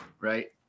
right